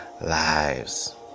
lives